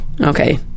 Okay